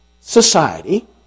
society